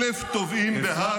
אלף תובעים בהאג,